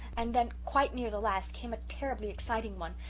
and then, quite near the last came a terribly exciting one.